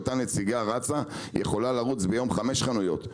אותה נציגה יכולה לרוץ ביום אחד לחמש חנויות,